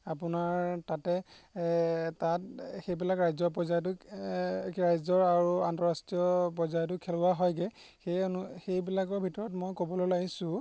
আপোনাৰ তাতে তাত সেইবিলাক ৰাজ্য পৰ্যায়টোক ৰাজ্যৰ আৰু আন্তঃৰাষ্ট্ৰীয় পৰ্যায়টোক খেলোৱা হয়গৈ সেই অনু সেইবিলাকৰ ভিতৰত মই ক'বলৈ ওলাইছোঁ